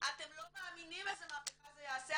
אתם לא מאמינים איזה מהפכה זה יעשה,